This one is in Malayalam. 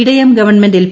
Idayam government L